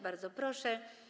Bardzo proszę.